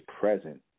present